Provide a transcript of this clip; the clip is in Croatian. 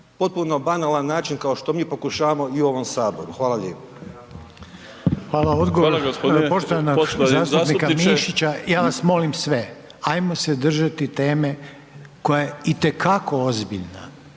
potpuno banalan način kao što mi pokušavamo i u ovom saboru. Hvala lijepo. **Reiner, Željko (HDZ)** Hvala, odgovor poštovanog zastupnika Mišića, ja vas molim sve ajmo se držati teme koja je i te kako ozbiljna